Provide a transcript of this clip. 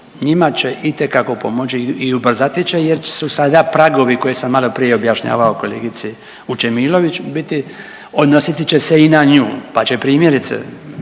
njima će itekako pomoći i ubrzati će jer su sada pragovi koje sam maloprije objašnjavao kolegici Vučemilović biti odnositi će se i na nju pa će primjerice